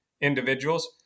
individuals